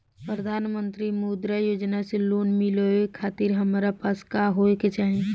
प्रधानमंत्री मुद्रा योजना से लोन मिलोए खातिर हमरा पास का होए के चाही?